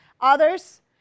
Others